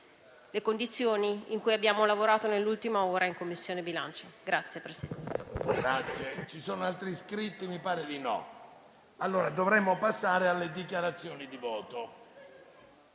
le condizioni in cui abbiamo lavorato nell'ultima ora in Commissione bilancio.